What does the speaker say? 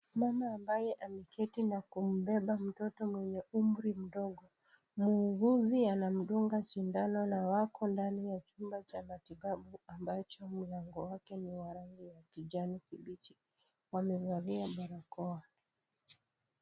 Mama ambaye ameketi na kumbeba mtoto mwenye umri mdogo, muuguzi anamdunga sindano na wako ndani ya chumba cha matibabu ambacho mlango wake ni wa rangi ya kijani kibichi. Wamevalia barakoa.